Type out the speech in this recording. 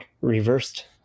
reversed